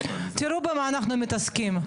תראו במה אנחנו מתעסקים,